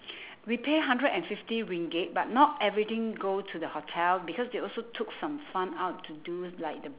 we pay hundred and fifty ringgit but not everything go to the hotel because they also took some fund out to do like the